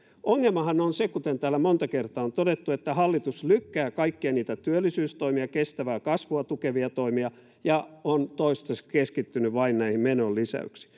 ongelmahan on se kuten täällä monta kertaa on todettu että hallitus lykkää kaikkia niitä työllisyystoimia kestävää kasvua tukevia toimia ja on toistaiseksi keskittynyt vain näihin menonlisäyksiin